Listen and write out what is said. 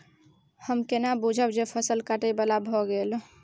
हम केना बुझब जे फसल काटय बला भ गेल?